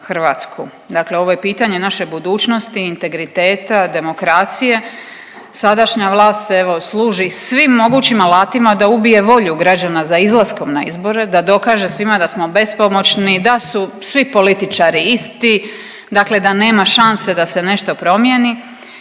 Dakle, ovo je pitanje naše budućnosti, integriteta, demokracije. Sadašnja vlast se evo služi svim mogućim alatima da ubije volju građana za izlaskom na izbore, da dokaže svima da smo bespomoćni, da su svi političari isti, dakle da nema šanse da se nešto promijeni.